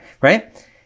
right